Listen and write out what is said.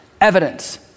evidence